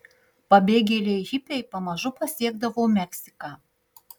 pabėgėliai hipiai pamažu pasiekdavo meksiką